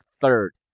third